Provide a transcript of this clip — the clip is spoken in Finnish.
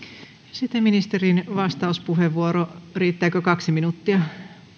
sitten ministerin vastauspuheenvuoro riittääkö kaksi minuuttia